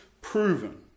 proven